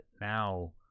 now